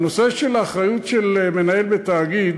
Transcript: האחריות של מנהל בתאגיד